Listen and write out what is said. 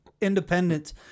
independence